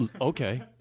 Okay